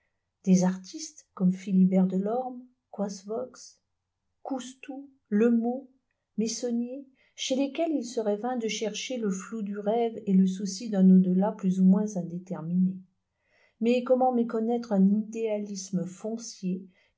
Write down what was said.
desartistescomme philibert delorme coysevox coustou lemot meissonier chez lesquels il serait vain de chercher le flou du rêve et le souqi d'un au-delà plus ou moins indéterminé mais comment méconnaître un idéalisme foncier